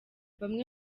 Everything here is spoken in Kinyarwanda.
bamwe